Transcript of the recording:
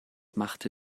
machte